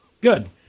Good